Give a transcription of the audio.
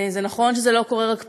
נכון שזה לא קורה רק פה,